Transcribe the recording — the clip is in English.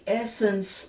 essence